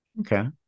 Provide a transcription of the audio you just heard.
Okay